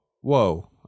whoa